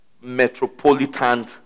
metropolitan